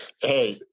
hey